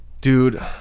Dude